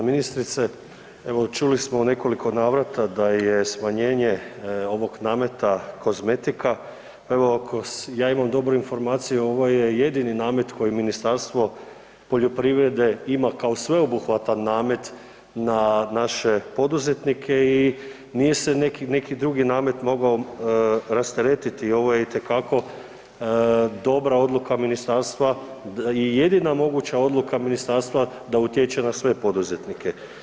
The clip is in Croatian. Uvažena ministrice evo čuli smo u nekoliko navrata da je smanjenje ovog nameta kozmetika, pa evo ako ja imam dobru informaciju ovo je jedini namet koji Ministarstvo poljoprivrede ima kao sveobuhvatan namet na naše poduzetnike i nije se neki drugi namet mogao rasteretiti ovo je itekako dobra odluka ministarstva i jedina moguća odluka ministarstva da utječe na sve poduzetnike.